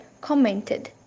commented